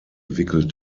wickelt